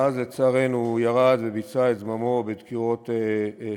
ואז, לצערנו, הוא ירד וביצע את זממו בדקירות סכין.